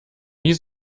wie